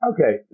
Okay